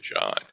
John